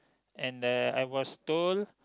and uh I was told